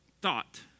thought